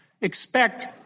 expect